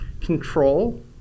control